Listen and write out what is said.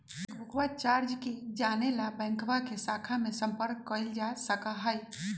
चेकबुकवा चार्ज के जाने ला बैंकवा के शाखा में संपर्क कइल जा सका हई